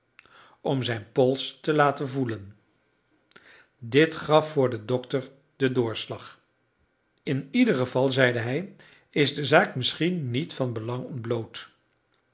om zijn pols te laten voelen dit gaf voor den dokter den doorslag in ieder geval zeide hij is de zaak misschien niet van belang ontbloot